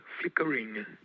flickering